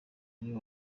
aribo